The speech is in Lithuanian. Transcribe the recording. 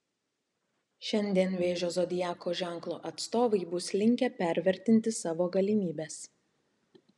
šiandien vėžio zodiako ženklo atstovai bus linkę pervertinti savo galimybes